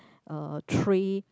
uh tray